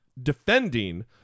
defending